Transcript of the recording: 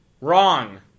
Wrong